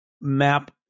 map